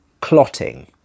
clotting